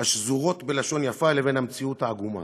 השזורות בלשון יפה לבין המציאות העגומה.